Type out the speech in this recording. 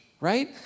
right